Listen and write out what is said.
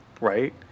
Right